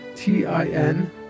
t-i-n